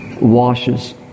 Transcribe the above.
washes